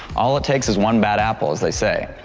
all it takes is one bad apple as they say,